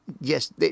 yes